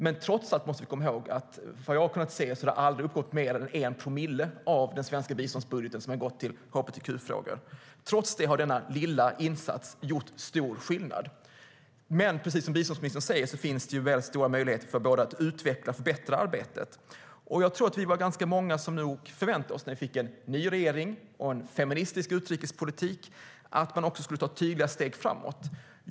Men trots allt måste vi komma ihåg att vad jag kunnat se aldrig mer än 1 promille av den svenska biståndsbudgeten har gått till hbtq-frågor. Trots det har denna lilla insats gjort stor skillnad. Precis som biståndsministern säger finns det stora möjligheter att utveckla ett bättre arbete. Jag tror att vi var ganska många som, när vi fick en ny regering och en feministisk utrikespolitik, förväntade oss att man skulle ta tydliga steg framåt.